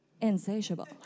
insatiable